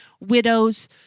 widows